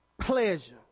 pleasure